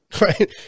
Right